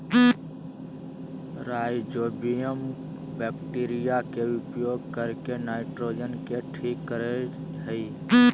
rhizobium bacteria के उपयोग करके नाइट्रोजन के ठीक करेय हइ